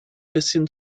bisschen